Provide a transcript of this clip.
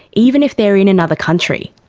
even if they're in another country.